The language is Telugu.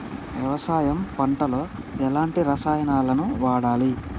వ్యవసాయం పంట లో ఎలాంటి రసాయనాలను వాడాలి?